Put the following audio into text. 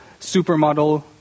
supermodel